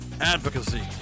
advocacy